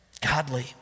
godly